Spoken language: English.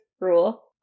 rule